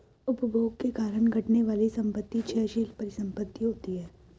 उपभोग के कारण घटने वाली संपत्ति क्षयशील परिसंपत्ति होती हैं